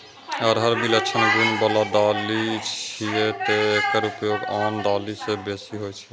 अरहर विलक्षण गुण बला दालि छियै, तें एकर उपयोग आन दालि सं बेसी होइ छै